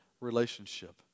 relationship